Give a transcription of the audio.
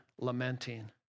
lamenting